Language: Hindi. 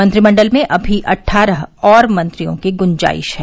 मंत्रिमंडल में अभी अट्ठारह और मंत्रियों की गुंजाइश है